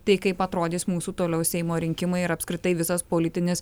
tai kaip atrodys mūsų toliau seimo rinkimai ir apskritai visas politinis